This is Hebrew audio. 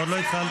עוד לא התחלתי.